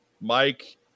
Mike